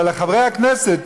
אבל על חברי הכנסת,